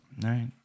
right